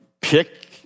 Pick